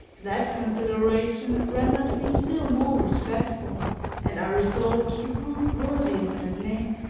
that consideration rendered me still more respectful and i resolved to prove worthy of that name.